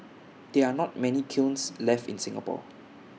there are not many kilns left in Singapore